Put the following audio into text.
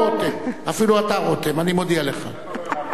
אפילו אתה, רותם, אני מודיע לך.